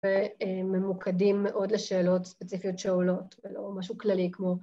וממוקדים מאוד לשאלות ספציפיות שעולות ולא משהו כללי כמו